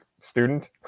student